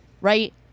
right